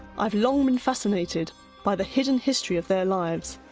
i've long been fascinated by the hidden history of their lives,